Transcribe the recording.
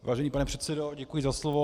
Vážený pane předsedo, děkuji za slovo.